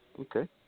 Okay